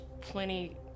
plenty